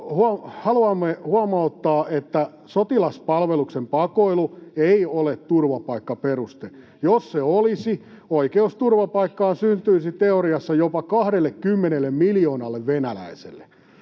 Haluamme huomauttaa, että sotilaspalveluksen pakoilu ei ole turvapaikkaperuste. Jos se olisi, oikeus turvapaikkaan syntyisi teoriassa jopa 20 miljoonalle venäläiselle.